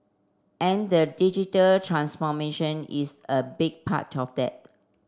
and the digital transformation is a big part of that